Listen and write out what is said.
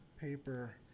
paper